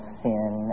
sin